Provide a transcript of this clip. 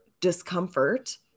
discomfort